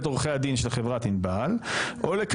כמה הערות לפתיחה, ומה יהיה סדר הדיון היום.